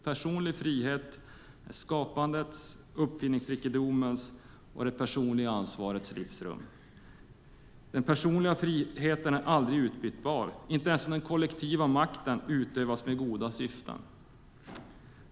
Personlig frihet är skapandets, uppfinningsrikedomens och det personliga ansvarets livsrum. Den personliga friheten är aldrig utbytbar. Inte ens den kollektiva makten utövas med goda syften.